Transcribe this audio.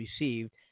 received